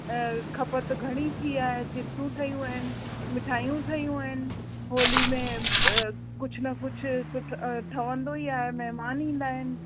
खपति घणी थी आहे चिप्सूं ठहियूं आहिनि मिठायूं ठहियूं आहिनि होली में कुझु न कुझु सुठो ठहंदो ई आहे महिमान ईंदा आहिनि पर